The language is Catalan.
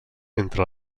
entre